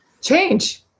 change